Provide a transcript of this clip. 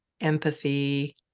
empathy